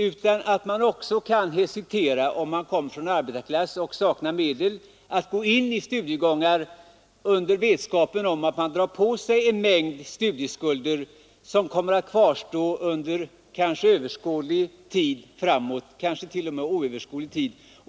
Man kan också hesitera om man kommer från arbetarklassen och saknar medel att gå in i studiegångar i vetskapen om att man drar på sig en mängd studieskulder som kommer att kvarstå under överskådlig tid framåt, ja, kanske t.o.m. under oöverskådlig tid.